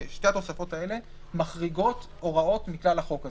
התוספות האלה מחריגות הוראות מכלל החוק הזה,